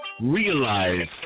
Realize